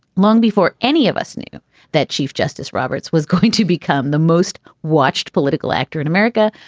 long before any of us knew that chief justice roberts was going to become the most watched political actor in america.